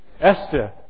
Esther